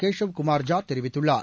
கேஷவ் குமார்ஜா தெரிவித்துள்ளார்